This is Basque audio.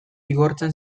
igortzen